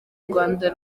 rwanda